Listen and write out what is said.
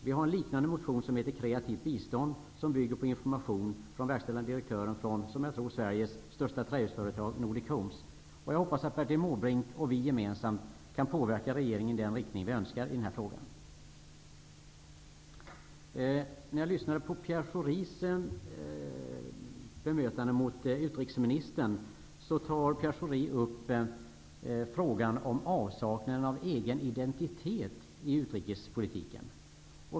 Vi har en liknande motion som heter ''Kreativt bistånd'', som bygger på information från verkställande direktören i vad jag tror är Sveriges största trähusföretag, Nordic Homes. Jag hoppas att Bertil Måbrink och vi gemensamt kan påverka regeringen i den riktning vi önskar i den här frågan. I sitt bemötande av utrikesministerns anförande tog Pierre Schori upp frågan om avsaknaden av egen identitet i utrikespolitiken.